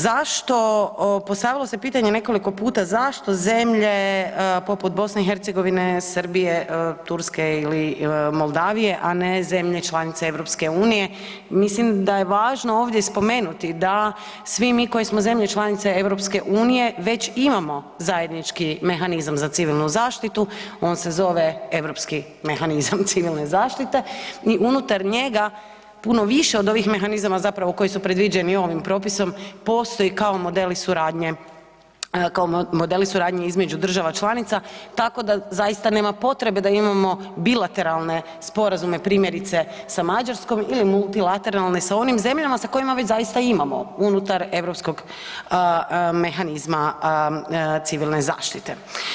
Zašto, postavilo se pitanje nekoliko puta, zašto zemlje poput BiH-a, Srbije, Turske ili Moldavije a ne zemlje članice EU-a, mislim da je važno ovdje spomenuti da svi mi koji smo zemlje članice EU-a, već imamo zajednički mehanizam za civilnu zaštitu, on se zove europski mehanizam civilne zaštite i unutar njega puno više od ovih mehanizama zapravo koji su predviđeni i ovim propisom, postoji kao modeli suradnje između država članica, tako da zaista nema potrebe da imamo bilateralne sporazume, primjerice sa Mađarskom ili multilateralne sa onim zemljama sa kojima već zaista imamo unutar europskog mehanizma civilne zaštite.